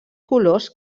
colors